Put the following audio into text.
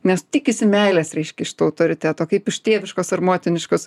nes tikisi meilės reiškia iš to autoriteto kaip iš tėviškos ar motiniškos